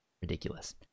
Ridiculous